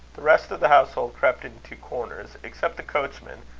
the rest of the household crept into corners, except the coachman,